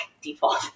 default